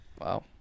Wow